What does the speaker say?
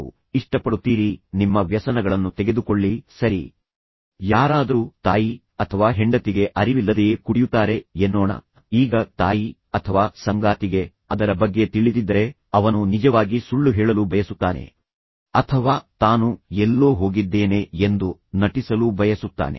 ಒಮ್ಮೆ ಯಾರಿಗಾದರೂ ಅದರ ಬಗ್ಗೆ ತಿಳಿದಿದ್ದರೆ ಉದಾಹರಣೆಗೆ ನಿಮ್ಮ ವ್ಯಸನಗಳನ್ನು ತೆಗೆದುಕೊಳ್ಳಿ ಸರಿ ಯಾರಾದರೂ ತಾಯಿ ಅಥವಾ ಹೆಂಡತಿಗೆ ಅರಿವಿಲ್ಲದೆಯೇ ಕುಡಿಯುತ್ತಾರೆ ಎನ್ನೋಣ ಈಗ ತಾಯಿ ಅಥವಾ ಸಂಗಾತಿಗೆ ಅದರ ಬಗ್ಗೆ ತಿಳಿದಿದ್ದರೆ ಅವನು ನಿಜವಾಗಿ ಸುಳ್ಳು ಹೇಳಲು ಬಯಸುತ್ತಾನೆ ಅಥವಾ ತಾನು ಎಲ್ಲೋ ಹೋಗಿದ್ದೇನೆ ಎಂದು ನಟಿಸಲು ಬಯಸುತ್ತಾನೆ